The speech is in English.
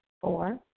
Four